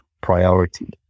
priority